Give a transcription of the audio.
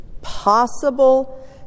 possible